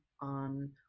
on